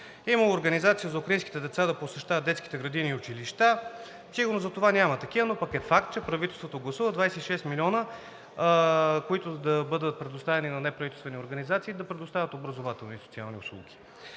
Има организация за украинските деца да посещават детските градини и училища, сигурно затова няма такива, но пък е факт, че правителството гласува 26 милиона, които да бъдат предоставени на неправителствени организации да предоставят образователни и социални услуги.